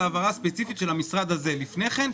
ההעברה הספציפית של המשרד הזה לפני כן,